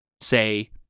Say